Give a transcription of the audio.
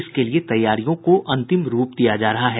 इसके लिए तैयारियों को अंतिम रूप दिया जा रहा है